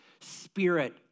spirit